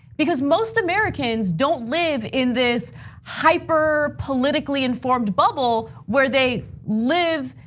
because most americans don't live in this hyper politically informed bubble where they live,